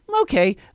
okay